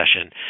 session